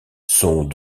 sont